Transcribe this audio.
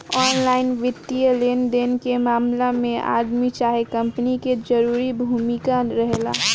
online वित्तीय लेनदेन के मामला में आदमी चाहे कंपनी के जरूरी भूमिका रहेला